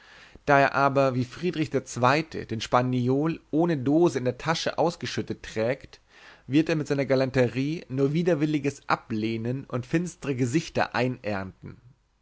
da er aber wie friedrich der zweite den spaniol ohne dose in der tasche ausgeschüttet trägt wird er mit seiner galanterie nur widerwilliges ablehnen und finstre gesichter einernten